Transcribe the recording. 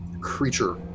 creature